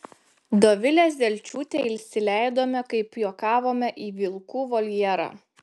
dovilę zelčiūtę įsileidome kaip juokavome į vilkų voljerą